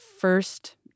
first